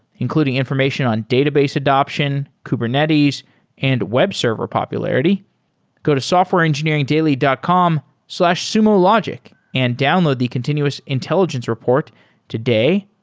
including information on database adoption, kubernetes and web server popularity go to softwareengineeringdaily dot com slash sumologic and download the continuous intelligence report today.